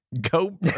Go